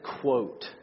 quote